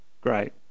Great